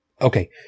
Okay